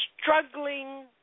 struggling